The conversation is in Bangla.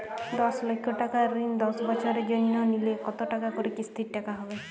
দশ লক্ষ টাকার ঋণ দশ বছরের জন্য নিলে কতো টাকা করে কিস্তির টাকা হবে?